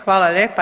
Hvala lijepo.